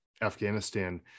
Afghanistan